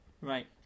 Right